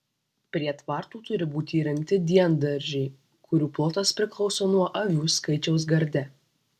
prie tvartų turi būti įrengti diendaržiai kurių plotas priklauso nuo avių skaičiaus garde